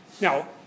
Now